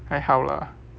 还好啦